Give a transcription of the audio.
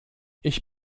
ich